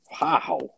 wow